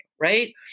Right